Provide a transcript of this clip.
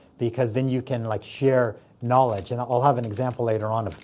because then you can like share knowledge. and i'll have an example later on of